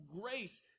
grace